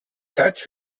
touch